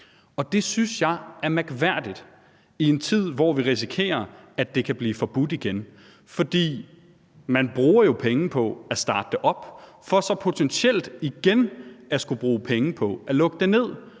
og det synes jeg er mærkværdigt i en tid, hvor vi risikerer, at det kan blive forbudt igen, for man bruger jo penge på at starte det op for så potentielt igen at skulle bruge penge på at lukke det ned.